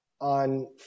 on